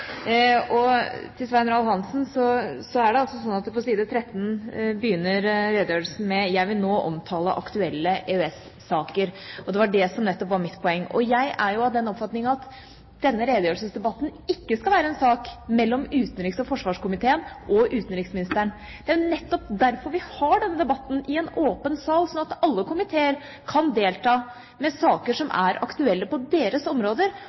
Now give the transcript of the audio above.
Og til Svein Roald Hansen: Det er altså slik at på side 13 begynner redegjørelsen med: «Jeg vil nå omtale enkelte aktuelle EØS-saker.» Det var det som nettopp var mitt poeng. Jeg er av den oppfatning at denne redegjørelsesdebatten ikke skal være en sak mellom utenriks- og forsvarskomiteen og utenriksministeren. Det er jo nettopp derfor vi har denne debatten i en åpen sal, slik at alle komiteer kan delta med saker som er aktuelle på deres områder,